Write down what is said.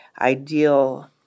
ideal